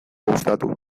gustatu